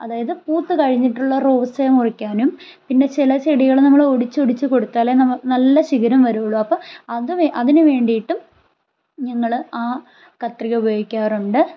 അതായത് പൂത്ത് കഴിഞ്ഞിട്ടുള്ള റോസയെ മുറിക്കാനും പിന്നെ ചില ചെടികൾ നമ്മൾ ഒടിച്ച് ഒടിച്ച് കൊടുത്താലേ നല്ല ശിഖരം വരുള്ളൂ അപ്പോൾ അത് അതിന് വേണ്ടിയിട്ടും ഞങ്ങൾ ആ കത്രിക ഉപയോഗിക്കാറുണ്ട്